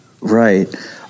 Right